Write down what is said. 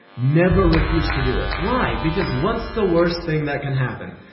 never refuse to do it. why? because what's the worst thing that can happen?